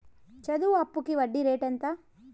చదువు అప్పుకి వడ్డీ రేటు ఎంత?